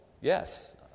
Yes